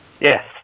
Yes